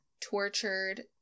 tortured